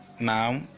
now